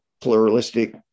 pluralistic